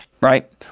Right